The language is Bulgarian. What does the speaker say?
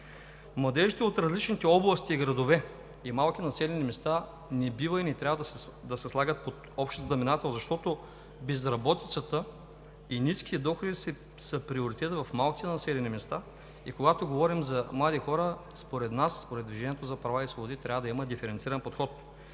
Младежите от различните области и градове не бива и не трябва да се слагат под общ знаменател, защото безработицата и ниските доходи са приоритет в малките населени места. Когато говорим за млади хора, според нас от „Движението за права и свободи“ трябва да има диференциран подход.